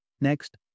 Next